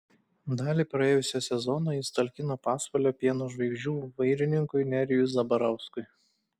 dalį praėjusio sezono jis talkino pasvalio pieno žvaigždžių vairininkui nerijui zabarauskui